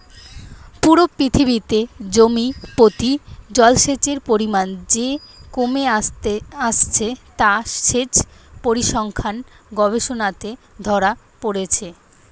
পুরো পৃথিবীতে জমি প্রতি জলসেচের পরিমাণ যে কমে আসছে তা সেচ পরিসংখ্যান গবেষণাতে ধোরা পড়ছে